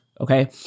Okay